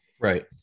right